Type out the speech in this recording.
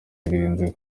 yirinze